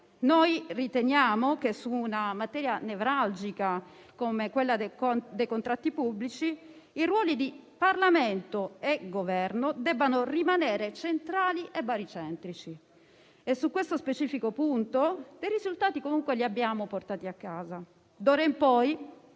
Noi riteniamo che, su una materia nevralgica come quella dei contratti pubblici, i ruoli di Parlamento e Governo debbano rimanere centrali e baricentrici. Su questo specifico punto dei risultati comunque li abbiamo portati a casa. D'ora in poi,